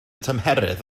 tymheredd